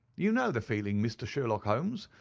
you know the feeling, mr. sherlock holmes,